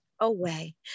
away